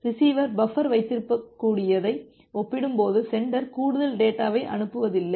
receiver buffer வைத்திருக்கக்கூடியதை ஒப்பிடும்போது sender கூடுதல் டேட்டாவைஅனுப்புவதில்லை